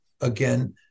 again